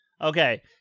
Okay